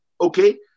okay